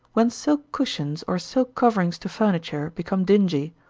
when silk cushions, or silk coverings to furniture, become dingy,